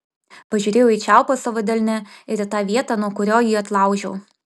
pažiūrėjau į čiaupą savo delne ir į tą vietą nuo kurio jį atlaužiau